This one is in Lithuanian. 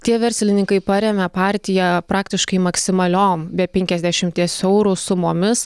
tie verslininkai paremia partiją praktiškai maksimaliom be penkiasdešimties eurų sumomis